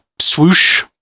swoosh